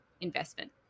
investment